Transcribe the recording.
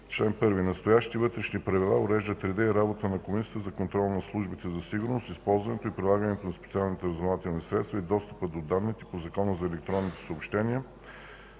Чл. 1. Настоящите Вътрешни правила уреждат реда и работата на Комисията за контрол над службите за сигурност, използването и прилагането на специалните разузнавателни средства и достъпът до данните по Закона за електронните съобщения